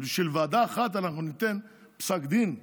אז בשביל ועדה אחת אנחנו ניתן פסק דין עקרוני?